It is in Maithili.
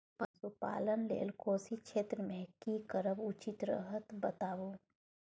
पशुपालन लेल कोशी क्षेत्र मे की करब उचित रहत बताबू?